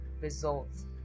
results